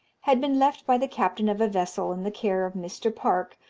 had been left by the captain of a vessel in the care of mr. park,